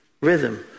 rhythm